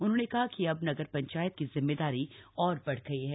उन्होंने कहा कि अब नगर पंचायत की जिम्मेदारी और बढ़ गई है